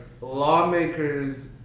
lawmakers